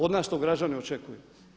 Od nas to građani očekuju.